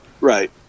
Right